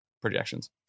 projections